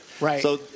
right